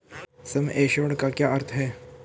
सम assured का क्या अर्थ है?